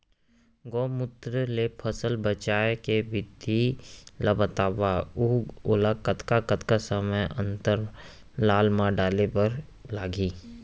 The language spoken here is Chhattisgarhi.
गौमूत्र ले फसल बचाए के विधि ला बतावव अऊ ओला कतका कतका समय अंतराल मा डाले बर लागही?